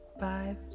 five